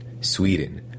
Sweden